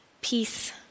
peace